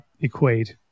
Equate